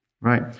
Right